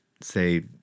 say